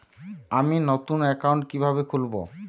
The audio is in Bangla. আমি নতুন অ্যাকাউন্ট কিভাবে খুলব?